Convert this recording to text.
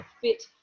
fit